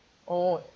oh